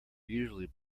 usually